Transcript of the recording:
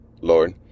Lord